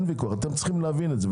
אתם צריכים להבין את זה.